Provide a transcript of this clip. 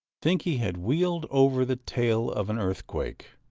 think he had wheeled over the tail of an earthquake.